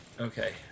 okay